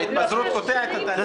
ההתפזרות קוטעת את התהליך.